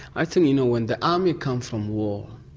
i think you know when the army comes from war